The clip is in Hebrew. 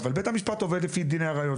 אבל בית המשפט עובד לפי דיני ראיות,